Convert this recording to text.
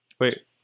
Wait